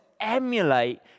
emulate